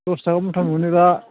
दस थाखा मुथा मोनो दा